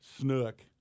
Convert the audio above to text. snook